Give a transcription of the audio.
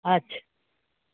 अच्छा